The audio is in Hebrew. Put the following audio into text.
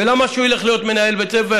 ולמה שהוא ילך להיות מנהל בית ספר